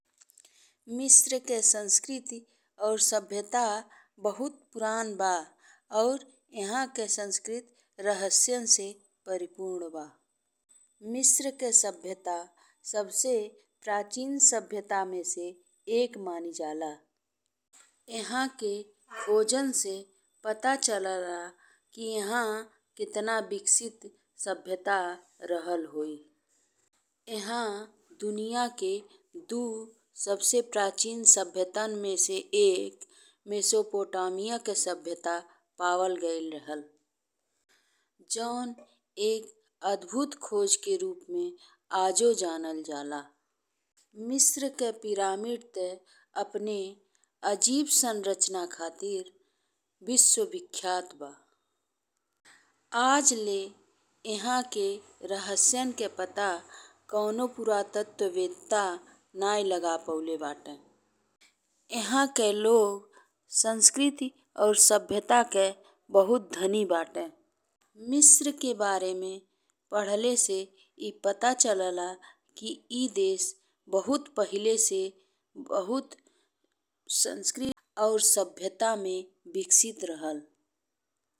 मिस्र के संस्कृति और सभ्यता बहुत पुरान बा और इहा के संस्कृति रहस्यान से परिपूर्ण बा। मिस्र के सभ्यता सबसे प्राचीन सभ्यता में से एक मानी जाला। इहाँ के खोजन से पता चलेला के एह कितना विकसित सभ्यता रहल होई। एह दुनिया के दू सबसे प्राचीन सभ्यतन में से एक मेसोपोटामिया के सभ्यता पावल गइल रहल जौन एक अद्भुत खोज के रूप में अजो जानल जाला। मिस्र के पिरामिड ते अपने अजीब संरचना खातिर विश्व-विख्यात बा। अज ले इहा के रहस्यान के पता कवनो पुरातत्त्ववेत्ता नाहीं लगा पउले बाटे। एह के लोग संस्कृति और सभ्यता के बहुत धनी बाटे। मिस्र के बारे में पढ़ले से ई पता चलेला कि ई देश बहुत पहिले से बहुत संस्कृति और सभ्यता में विकसित रहल।